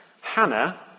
Hannah